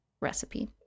recipe